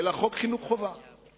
אלא חוק חינוך חובה